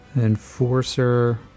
enforcer